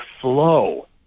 flow